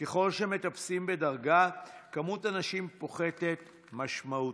ככל שמטפסים בדרגה מספר הנשים פוחת משמעותית.